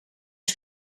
een